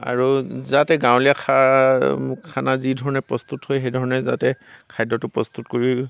আৰু যাতে গাঁৱলীয়া খানা যিধৰণে প্ৰস্তুত হয় সেইধৰণে যাতে খাদ্যটো প্ৰস্তুত কৰি